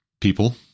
people